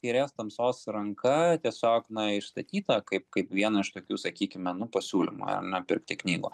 kairės tamsos ranka tiesiog na išstatyta kaip kaip viena iš tokių sakykime nu pasiūlymų ar ne pirkti knygų